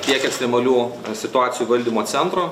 tiek ekstremalių situacijų valdymo centro